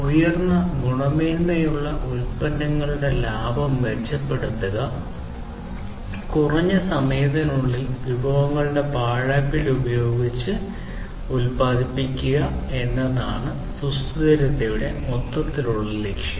ഉയർന്ന ഗുണമേന്മയുള്ള ഉൽപന്നങ്ങളുള്ള ലാഭം മെച്ചപ്പെടുത്തുക കുറഞ്ഞ സമയത്തിനുള്ളിൽ വിഭവങ്ങളുടെ പാഴാക്കൽ ഉപയോഗിച്ച് ഉൽപാദിപ്പിക്കുക എന്നതാണ് സുസ്ഥിരതയുടെ മൊത്തത്തിലുള്ള ലക്ഷ്യം